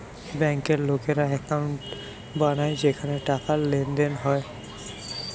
বেঙ্কে লোকেরা একাউন্ট বানায় যেখানে টাকার লেনদেন হয়